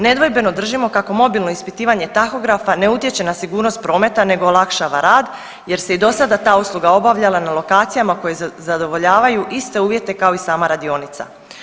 Nedvojbeno držimo kako mobilno ispitivanje tahografa ne utječe na sigurnost prometa nego olakšava rad jer se i do sada ta usluga obavljala na lokacijama koje zadovoljavaju iste uvjete kao i sama radionica.